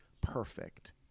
perfect